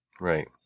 Right